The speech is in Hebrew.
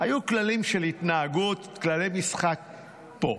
היו כללים של התנהגות, כללי משחק פה.